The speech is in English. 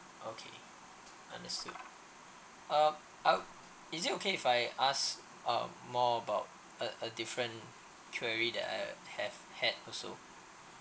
okay understood uh uh is it okay if I ask um more about a a different quarry that I have had also